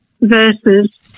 verses